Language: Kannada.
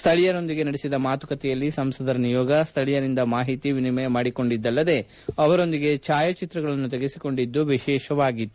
ಸ್ಥಳೀಯರೊಂದಿಗೆ ನಡೆಸಿದ ಮಾತುಕತೆಯಲ್ಲಿ ಸಂಸದರ ನಿಯೋಗ ಸ್ಥಳೀಯರಿಂದ ಮಾಹಿತಿಯನ್ನು ವಿನಿಮಯ ಮಾಡಿಕೊಂಡಿದ್ದಲ್ಲದೆ ಅವರೊಂದಿಗೆ ಛಾಯಾಚಿತ್ರಗಳನ್ನು ತೆಗೆಸಿಕೊಂಡಿದ್ದು ವಿಶೇಷವಾಗಿತ್ತು